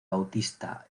bautista